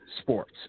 sports